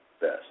best